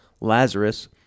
Lazarus